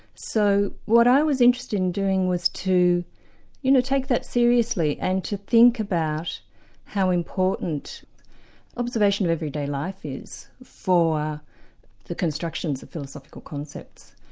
so what i was interested in doing was to you know take that seriously and to think about how important observation of everyday life is, for the constructions of philosophical concepts,